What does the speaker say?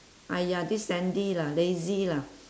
!aiya! this sandy lah lazy lah